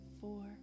four